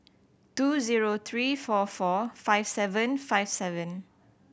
two zero three four four five seven five seven